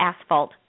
asphalt